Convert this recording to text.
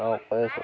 অঁ কৈ আছো